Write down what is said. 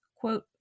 quote